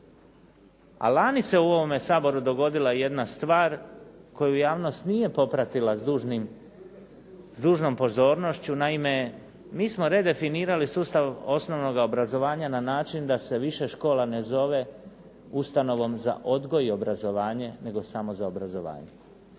A lani se u ovome Saboru dogodila jedna stvar koju javnost nije popratila s dužnom pozornošću. Naime, mi smo redefinirali sustav osnovnoga obrazovanja na način da se više škola ne zove ustanovom za odgoj i obrazovanje nego samo za obrazovanje.